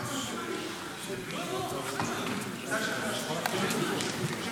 (פגישה עם עורך דין של עצור בעבירת ביטחון)